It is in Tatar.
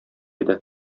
иде